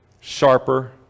sharper